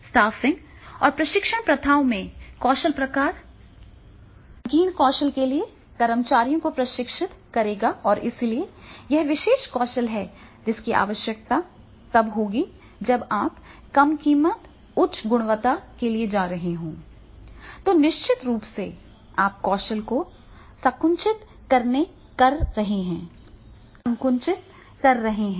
staffing और प्रशिक्षण प्रथाओं में कौशल प्रकार संकीर्ण कौशल के लिए कर्मचारियों को प्रशिक्षित करेगा और इसलिए यह विशेष कौशल है जिसकी आवश्यकता तब होगी जब आप कम कीमत उच्च गुणवत्ता के लिए जा रहे हों तो निश्चित रूप से आप कौशल को संकुचित कर रहे हैं